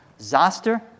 Zoster